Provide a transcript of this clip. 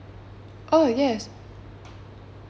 oh yes